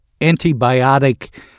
antibiotic